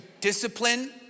discipline